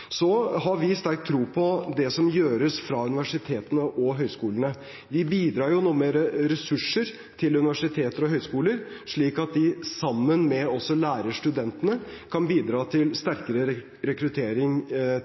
Så har vi sterk tro på det som gjøres fra universitetene og høyskolene. Vi bidrar nå med ressurser til universiteter og høyskoler slik at de sammen med lærerstudentene kan bidra til sterkere rekruttering